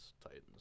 Titans